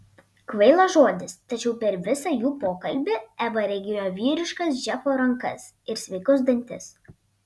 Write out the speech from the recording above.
kvailas žodis tačiau per visą jų pokalbį eva regėjo vyriškas džeko rankas ir sveikus dantis